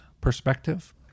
perspective